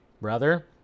brother